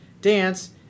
dance